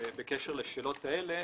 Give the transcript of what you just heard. בקשר לשאלות הללו,